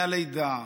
מהלידה,